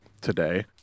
today